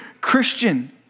Christian